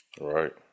Right